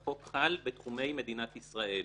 החוק חל בתחומי מדינת ישראל.